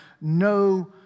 no